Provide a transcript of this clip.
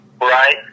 Right